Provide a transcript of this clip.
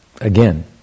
again